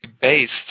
based